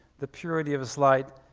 the purity of his light,